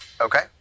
Okay